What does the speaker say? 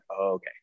okay